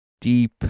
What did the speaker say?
deep